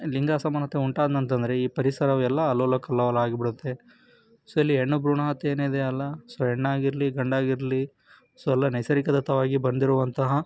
ಲಿಂಗ ಸಮಾನತೆ ಉಂಟಾಂದ್ನಂತಂದ್ರೆ ಈ ಪರಿಸರ ಅವೆಲ್ಲ ಅಲ್ಲೋಲ ಕಲ್ಲೋಲ ಆಗಿ ಬಿಡುತ್ತೆ ಸೊ ಇಲ್ಲಿ ಹೆಣ್ಣು ಭ್ರೂಣ ಹತ್ಯೆ ಏನಿದೆಯಲ್ಲ ಸೊ ಹೆಣ್ಣಾಗಿರಲಿ ಗಂಡಾಗಿರಲಿ ಸೊ ಎಲ್ಲ ನೈಸರ್ಗಿಕ ದತ್ತವಾಗಿ ಬಂದಿರುವಂತಹ